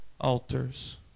altars